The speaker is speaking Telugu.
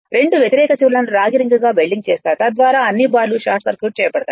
రెండు వ్యతిరేక చివరలను రాగి రింగ్ గా వెల్డింగ్ చేస్తారు తద్వారా అన్ని బార్లు షార్ట్ సర్క్యూట్ చేయబడతాయి